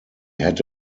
had